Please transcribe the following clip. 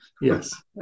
Yes